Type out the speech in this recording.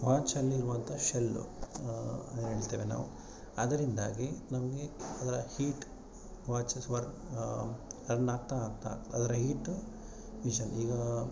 ವಾಚಲ್ಲಿ ಇರುವಂಥ ಶಲ್ಲು ಏನು ಹೇಳ್ತೇವೆ ನಾವು ಅದರಿಂದಾಗಿ ನಮಗೆ ಅದರ ಹೀಟ್ ವಾಚಸ್ ವರ್ಕ್ ರನ್ ಆಗ್ತಾ ಆಗ್ತಾ ಅದರ ಹೀಟು ವಿಷನ್ ಈಗ